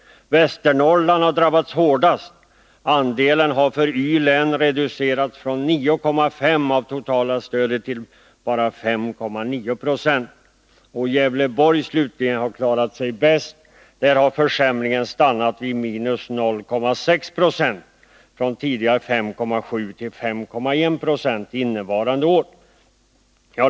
Västernorrlands län har drabbats hårdast. Y-läns andel av det totala stödet har reducerats från 9,5 2 till bara 5,9 9. Gävleborgs län har klarat sig bäst. Där har försämringen stannat vid minus 0,6 20 — från tidigare 5,7 90 till 5,1 20 innevarande år.